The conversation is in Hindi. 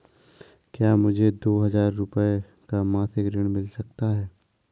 क्या मुझे दो हजार रूपए का मासिक ऋण मिल सकता है?